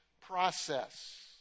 process